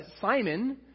Simon